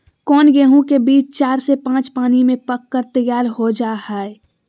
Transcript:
कौन गेंहू के बीज चार से पाँच पानी में पक कर तैयार हो जा हाय?